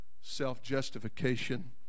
self-justification